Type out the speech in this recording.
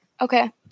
Okay